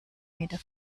meter